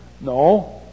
No